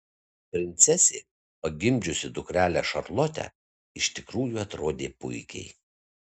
princesė pagimdžiusi dukrelę šarlotę iš tikrųjų atrodė puikiai